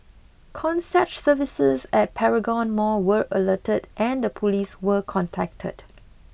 concierge services at Paragon mall were alerted and the police were contacted